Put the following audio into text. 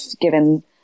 given